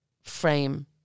frame